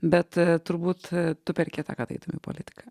bet turbūt tu per kieta kad eitum į politiką